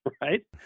Right